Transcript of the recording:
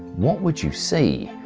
what would you see?